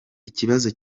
ikibazo